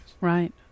Right